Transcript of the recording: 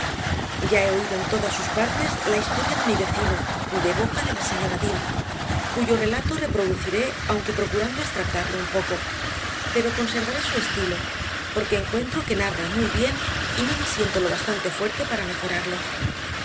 ya he oído en todas sus partes la historia de mi vecino de boca de la señora dean cuyo relato reproduciré aunque procurando extractarlo un poco pero conservaré su estilo porque encuentro que narra muy bien y no me siento lo bastante fuerte para mejorarlo